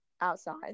outside